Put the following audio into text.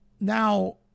Now